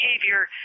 behavior